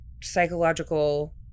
psychological